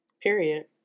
Period